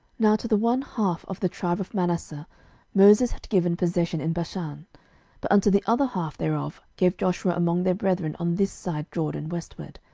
now to the one half of the tribe of manasseh moses had given possession in bashan but unto the other half thereof gave joshua among their brethren on this side jordan westward.